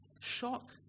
shock